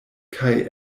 kaj